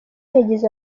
yagize